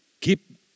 keep